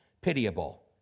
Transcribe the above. pitiable